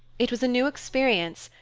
it was a new experience,